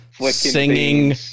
singing